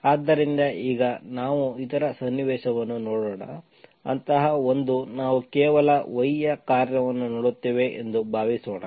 ಆದ್ದರಿಂದ ಈಗ ನಾವು ಇತರ ಸನ್ನಿವೇಶವನ್ನು ನೋಡೋಣ ಅಂತಹ ಒಂದು ನಾವು ನಾವು ಕೇವಲ y ಯ ಕಾರ್ಯವನ್ನು ನೋಡುತ್ತೇವೆ ಎಂದು ಭಾವಿಸೋಣ